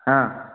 ಹಾಂ